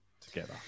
together